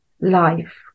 life